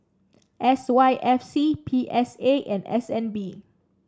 S Y F C P S A and S N B